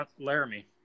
Laramie